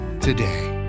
today